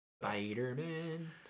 Spider-Man